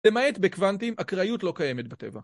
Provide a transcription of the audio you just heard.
למעט בקוונטים אקראיות לא קיימת בטבע.